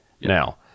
now